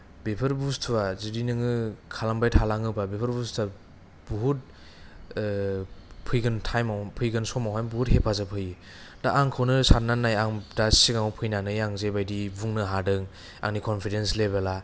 बेफोर बुस्तुआ जुदि नोङो खालामबाय थालाङोबा बेफोर बुस्तुआ बुहुद फैगोन टाइमाव फैगोन समावहाय बुहुद हेफाजाब होयो दा आंखौनो सान्नानै नाय आं दा सिगाङाव फैनानै आं जेबायदि बुंनो हादों आंनि कन्फिदेन्स लेभेला